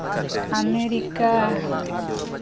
America